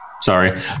Sorry